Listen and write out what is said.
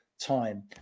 time